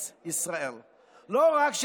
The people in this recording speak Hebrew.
אני,